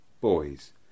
boys